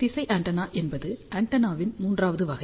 திசை ஆண்டெனா என்பது ஆண்டெனாவின் மூன்றாவது வகை